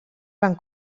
van